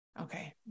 Okay